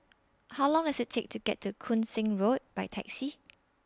How Long Does IT Take to get to Koon Seng Road By Taxi